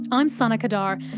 i'm sana qadar,